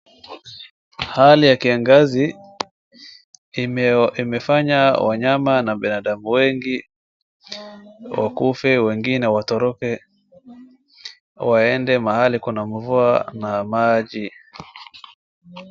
Hali ya kiangazi, imefanya wanyama na binadamu wengi wakufe wengine watoroke waende mahali kuna mvua na maji.